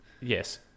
yes